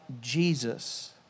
Jesus